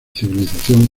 civilización